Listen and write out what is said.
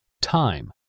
time